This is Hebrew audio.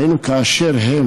היינו כאשר הם